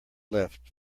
left